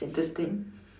interesting